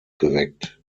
geweckt